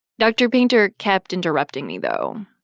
dr. painter kept interrupting me, though,